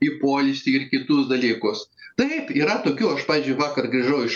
į poilsį ir kitus dalykus taip yra tokių aš pavyzdžiui vakar grįžau iš